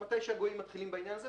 מתיש הגויים מתחילים עם זה,